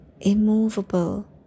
immovable